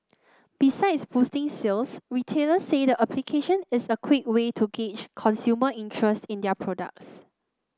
besides boosting sales retailers say the application is a quick way to gauge consumer interest in their products